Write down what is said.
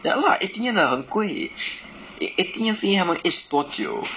ya lah eighteen year 的很贵 eighteen years 因为它们 aged 多久